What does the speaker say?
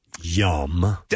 Yum